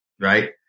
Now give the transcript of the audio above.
Right